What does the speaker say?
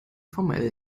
formell